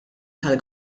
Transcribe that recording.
tal